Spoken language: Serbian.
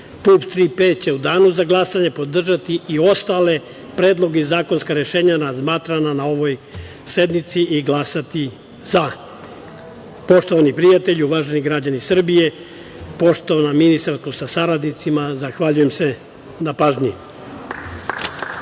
P“ će u danu za glasanje podržati i ostale predloge i zakonska rešenja razmatrana na ovoj sednici i glasati za. Poštovani prijatelji, uvaženi građani Srbije, poštovana ministarko sa saradnicima, zahvaljujem se na pažnji.